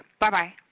Bye-bye